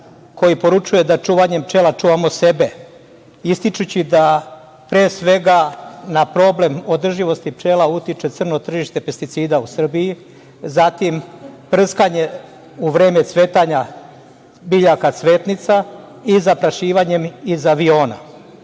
koji poručuje da čuvanjem pčela čuvamo sebe, ističući da, pre svega, na problem održivosti pčela utiče crno tržište pesticida u Srbiji, zatim prskanje u vreme cvetanja biljaka cvetnica i zaprašivanje iz